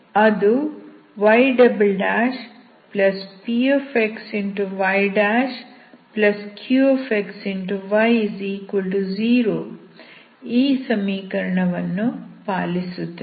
ಅದು ypxyqxy0 ಈ ಸಮೀಕರಣವನ್ನು ಪಾಲಿಸುತ್ತದೆ